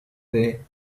the